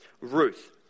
Ruth